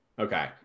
Okay